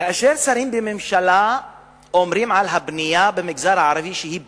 כאשר שרים בממשלה אומרים על הבנייה במגזר הערבי שהיא פלישה,